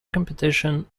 competition